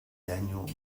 daniel